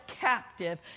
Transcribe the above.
captive